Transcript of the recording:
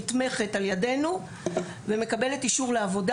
שנתמכת על ידינו ומקבלת אישור לעבודה.